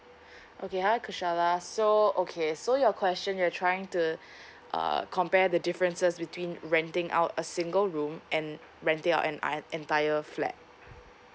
okay hi gusara so okay so your question you're trying to uh compare the differences between renting out a single room and renting out a an entire flat